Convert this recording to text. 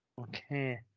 Okay